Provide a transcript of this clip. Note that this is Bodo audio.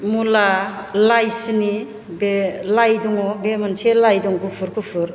मुला लाय सिनि बे लाय दङ बे मोनसे लाय दं गुफुर गुफुर